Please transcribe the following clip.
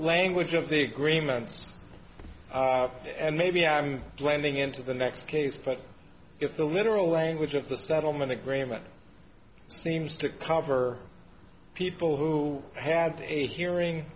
language of the agreements and maybe i'm blending into the next case but if the literal language of the settlement agreement seems to cover people who had a hearing